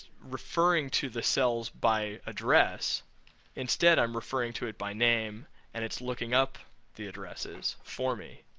referring to the cells by address instead i'm referring to it by name and it's looking up the addresses for me.